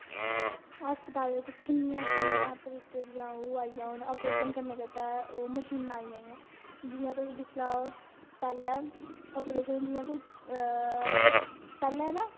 हस्पातल च किन्नियां किन्नियां तरीके दी ओह् आई गै हून अपरेशन करने गित्तै मशीनां आई गेइयां जियां तुस दिक्खी लो पहले अप्रैशन ऐ पैहलें ना